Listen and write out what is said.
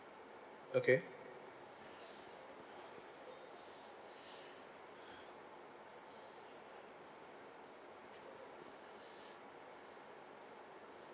okay